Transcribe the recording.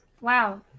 Wow